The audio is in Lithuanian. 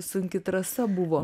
sunki trasa buvo